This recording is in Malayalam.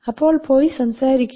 അപ്പോൾ പോയി സംസാരിക്കൂ